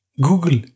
Google